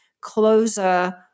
closer